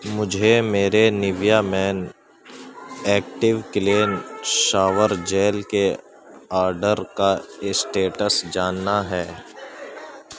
مجھے میرے Nivea men active clean shower gel کے آرڈر کا اسٹیٹس جاننا ہے